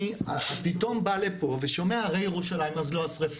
אני פתאום בא לפה ושומע 'הרי ירושלים' אז השריפה,